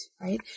right